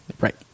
Right